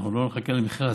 אנחנו לא נחכה למכרז.